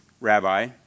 rabbi